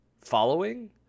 following